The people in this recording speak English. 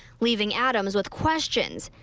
leaving adams with questions,